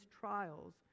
trials